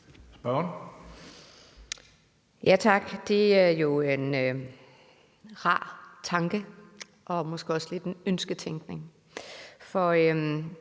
Tak. Det er jo en rar tanke og måske også lidt en ønsketænkning,